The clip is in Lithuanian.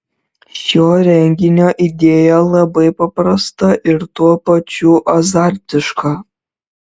šio renginio idėja labai paprasta ir tuo pačiu azartiška